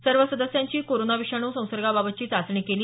सर्व सदस्यांची कोरोना विषाणू संसर्गाबाबतची चाचणी केली